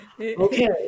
okay